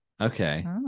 Okay